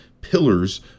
pillars